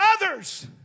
others